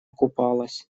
купалась